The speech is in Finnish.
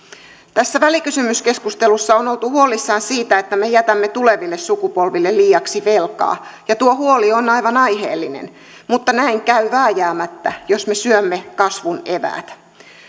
tässä välikysymyskeskustelussa on oltu huolissaan siitä että me jätämme tuleville sukupolville liiaksi velkaa ja tuo huoli on aivan aiheellinen mutta näin käy vääjäämättä jos me syömme kasvun eväät